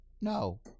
No